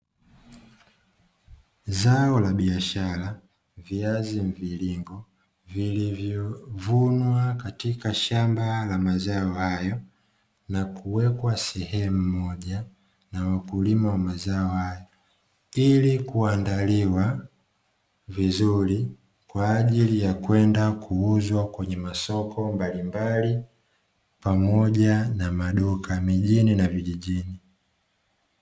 Zao la biashara: viazi mviringo vilivyovunwa katika shamba la mazao hayo na kuwekwa sehemu moja na wakulima wa mazao hayo, ili kuandaliwa vizuri kwa ajili ya kwenda kuuzwa kwenye masoko mbalimbali pamoja na maduka mijini na vijijini.